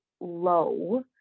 low